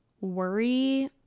worry